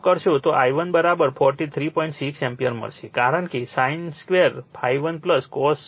6 ampere મળશે કારણ કે sin 2 ∅1 cos ∅1 1 છે